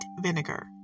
vinegar